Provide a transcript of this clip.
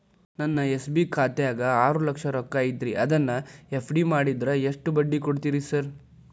ನನ್ನ ಎಸ್.ಬಿ ಖಾತ್ಯಾಗ ಆರು ಲಕ್ಷ ರೊಕ್ಕ ಐತ್ರಿ ಅದನ್ನ ಎಫ್.ಡಿ ಮಾಡಿದ್ರ ಎಷ್ಟ ಬಡ್ಡಿ ಕೊಡ್ತೇರಿ ಸರ್?